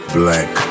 black